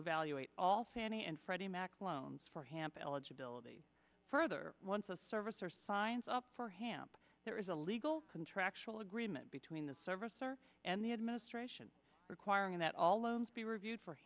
evaluate all fannie and freddie mac's loans for hamp alledge ability further once a service or signs up for hamp there is a legal contractual agreement between the service and the administration requiring that all loans be reviewed for